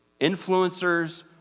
Influencers